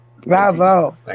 bravo